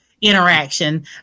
interaction